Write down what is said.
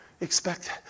expect